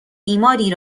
بیماری